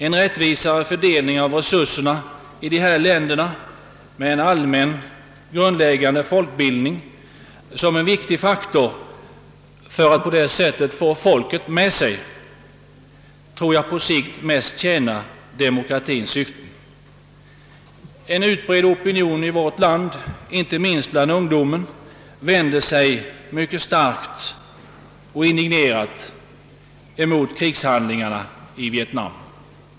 En rättvisare fördelning av resurserna i dessa länder med en allmän, grundläggande folkbildning som en viktig faktor för att få folket med sig tjänar troligen i längden bäst demokratiens syften. En utbredd opinion i vårt land, inte minst bland ungdomen, vänder sig mycket starkt och indignerat mot stridshandlingarna i Vietnam.